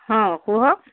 ହଁ କୁହ